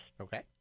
okay